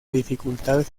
dificultad